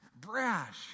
brash